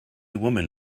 woman